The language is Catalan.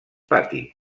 pati